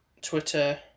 twitter